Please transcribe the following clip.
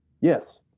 Yes